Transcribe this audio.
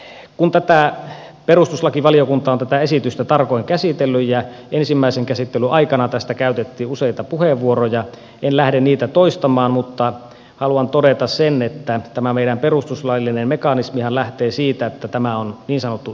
kun perustuslakivaliokunta on tätä esitystä tarkoin käsitellyt ja ensimmäisen käsittelyn aikana tästä käytettiin useita puheenvuoroja en lähde niitä toistamaan mutta haluan todeta sen että tämä meidän perustuslaillinen mekanismihan lähtee siitä että tämä on niin sanottu eu asia